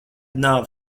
nav